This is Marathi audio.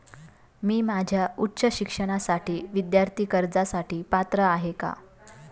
मी माझ्या उच्च शिक्षणासाठी विद्यार्थी कर्जासाठी पात्र आहे का?